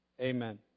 Amen